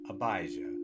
Abijah